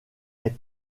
est